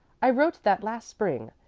i wrote that last spring,